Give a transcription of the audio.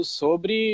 sobre